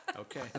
Okay